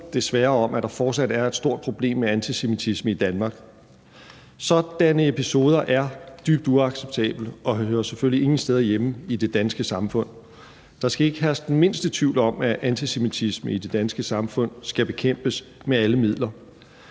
desværre om, at der fortsat er et stort problem med antisemitisme i Danmark. Sådanne episoder er dybt uacceptable og hører selvfølgelig ingen steder hjemme i det danske samfund. Der skal ikke herske den mindste tvivl om, at antisemitisme i det danske samfund skal bekæmpes med alle midler.